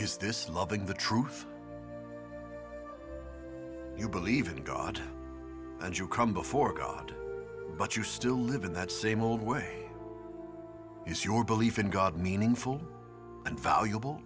is this loving the truth you believe in god and you come before god but you still live in that same old way is your belief in god meaningful and valuable